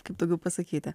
kaip daugiau pasakyti